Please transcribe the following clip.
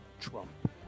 Trump